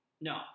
No